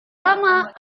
lama